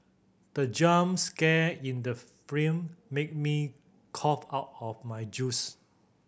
the jump scare in the frame made me cough out my juice